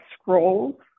scrolls